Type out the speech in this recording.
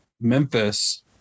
Memphis